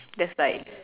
there's like